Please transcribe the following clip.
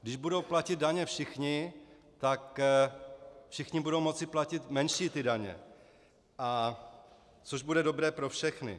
Když budou platit daně všichni, tak všichni budou moci platit menší daně, což bude dobré pro všechny.